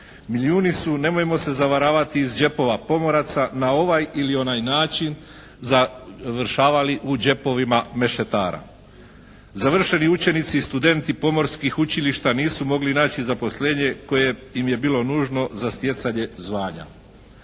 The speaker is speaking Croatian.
Milijuni su, nemojmo se zavaravati iz džepova pomoraca na ovaj ili onaj način završavali u džepovima mešetara. Završeni učenici i studenti pomorskih učilišta nisu mogli naći zaposlenje koje im je bilo nužno za stjecanje zvanja.